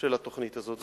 של התוכנית הזאת.